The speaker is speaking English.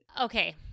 Okay